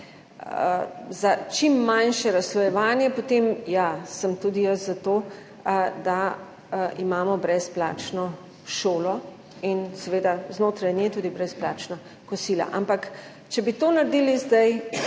za čim manjše razslojevanje, potem ja, sem tudi jaz za to, da imamo brezplačno šolo in seveda znotraj nje tudi brezplačna kosila. Ampak če bi to naredili zdaj,